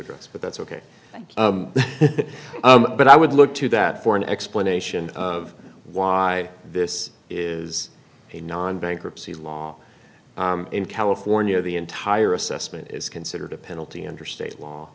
address but that's ok thank you but i would look to that for an explanation of why this is a non bankruptcy law in california the entire assessment is considered a penalty under state law